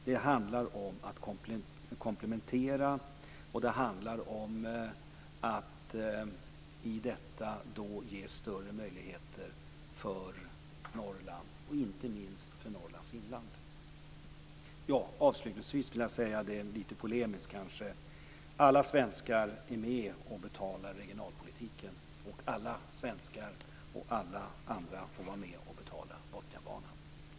Det handlar om att komplettera, och det handlar om att i detta ge större möjligheter för Norrland, och inte minst för Avslutningsvis vill jag säga, kanske lite polemiskt, att alla svenskar är med och betalar regionalpolitiken, och alla svenskar och alla andra får vara med och betala Botniabanan.